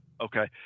Okay